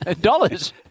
Dollars